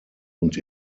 und